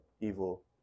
evil